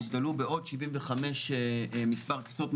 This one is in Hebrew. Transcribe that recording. הוגדלו בעוד 75 מספר כסאות,